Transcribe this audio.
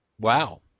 Wow